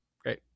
Great